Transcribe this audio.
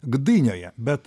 gdynioje bet